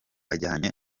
ajyanye